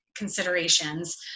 Considerations